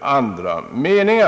avvikande mening.